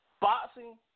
boxing